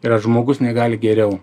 ir ar žmogus negali geriau